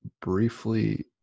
briefly